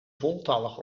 voltallig